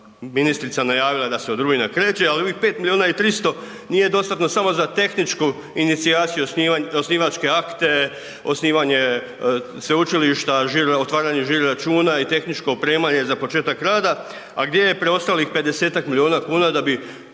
ministrica najavila da se od rujna kreće, ali ovih 5 milijuna i 300 nije dostatno samo za tehničku inicijaciju, osivačke akte, osnivanje sveučilišta, otvaranje žiro računa i tehničko opremanje za početak rada, a gdje je preostalih 50-tak milijuna kuna da bi